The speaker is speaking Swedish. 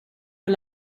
för